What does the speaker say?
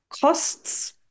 costs